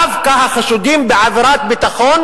דווקא החשודים בעבירת ביטחון,